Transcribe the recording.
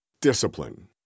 Discipline